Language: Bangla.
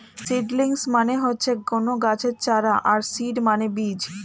সিডলিংস মানে হচ্ছে কোনো গাছের চারা আর সিড মানে বীজ